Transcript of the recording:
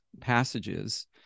passages